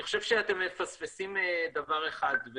אני חושב שאתם מפספסים דבר אחד,